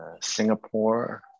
Singapore